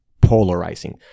polarizing